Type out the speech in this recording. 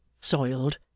soiled